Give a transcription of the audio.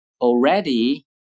already